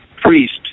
priest